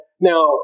now